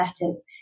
letters